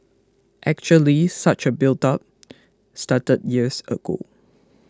actually such a buildup started years ago